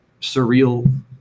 surreal